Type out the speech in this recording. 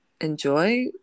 enjoy